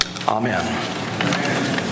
Amen